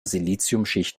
siliziumschicht